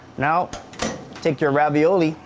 now take your ravioli,